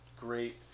great